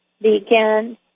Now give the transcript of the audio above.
began